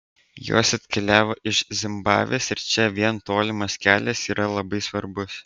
jos atkeliavo iš zimbabvės ir čia vien tolimas kelias yra labai svarbus